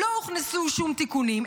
לא הוכנסו שום תיקונים,